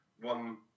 one